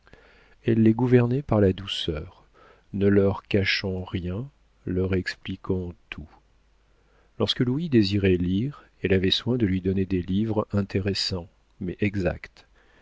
elle les gouvernait par la douceur ne leur cachant rien leur expliquant tout lorsque louis désirait lire elle avait soin de lui donner des livres intéressants mais exacts